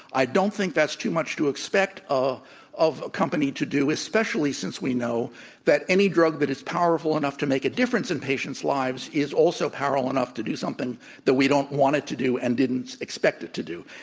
i don't think that's too much to expect ah of a company to do especially since we know that any drug that is powerful enough to make a difference in patients' lives is also powerful enough to do something that we don't want it to do and didn't expect it to do.